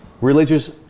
religious